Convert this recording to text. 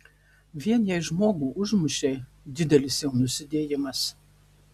vien jei žmogų užmušei didelis jau nusidėjimas